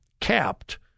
capped